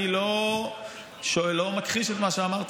אני לא מכחיש את מה שאמרתם,